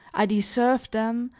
i deserve them,